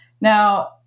Now